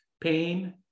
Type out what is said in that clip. pain